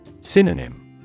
Synonym